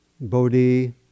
Bodhi